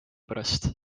pärast